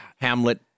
Hamlet